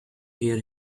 hear